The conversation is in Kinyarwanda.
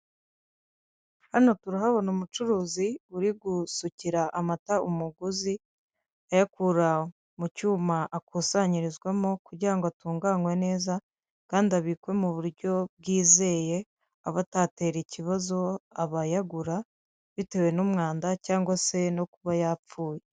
Hano turahabona umucuruzi uri gusukira amata umuguzi, ayakura mu cyuma akusanyirizwamo kugira ngo atunganwe neza kandi abikwe mu buryo bwizeye aba atatera ikibazo abayagura, bitewe n'umwanda cyangwa se no kuba yapfuye.